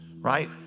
right